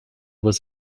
was